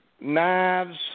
Knives